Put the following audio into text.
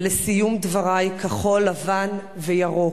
לסיום דברי, כחול-לבן וירוק: